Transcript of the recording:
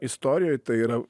istorijoj tai yra